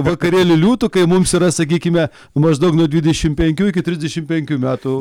vakarėlių liūtų kai mums yra sakykime maždaug nuo dvidešimt penkių iki trisdešimt penkių metų